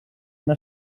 una